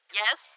yes